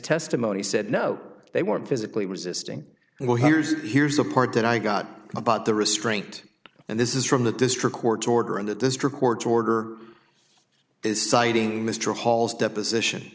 testimony said no they weren't physically resisting and well here's here's the part that i got about the restraint and this is from the district court's order and the district court's order is citing mr hall's deposition